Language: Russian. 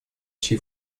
чьи